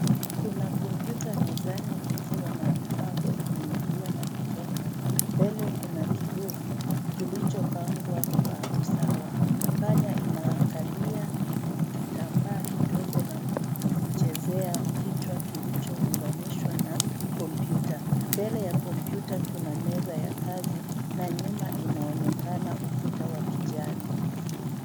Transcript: Kuna kompyuta mezani ikiwa na vifaa vya kuingilia na kutoka. Mbele kuna Kibodi kilichopangwa kwa usawa. Panya inalia , kitambaa kidogo na kuchezea kichwa kilichounganishwa na kompyuta. Mbele ya kompyuta kuna meza ya kazi na nyuma inaonekana ukuta wa kijani.